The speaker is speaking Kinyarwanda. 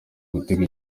gutega